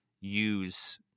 use